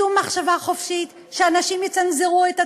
שום מחשבה חופשית, שאנשים יצנזרו את עצמם.